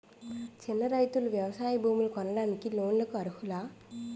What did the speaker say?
చిన్న రైతులు వ్యవసాయ భూములు కొనడానికి లోన్ లకు అర్హులా?